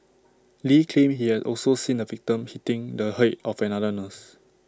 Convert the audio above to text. lee claimed he had also seen the victim hitting the Head of another nurse